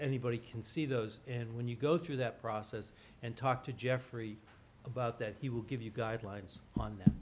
anybody can see those and when you go through that process and talk to jeffrey about that he will give you guidelines on th